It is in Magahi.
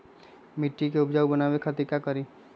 मिट्टी के उपजाऊ बनावे खातिर का करी?